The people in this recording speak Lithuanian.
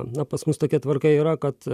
na pas mus tokia tvarka yra kad